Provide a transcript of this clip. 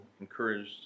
encouraged